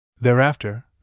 Thereafter